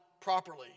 properly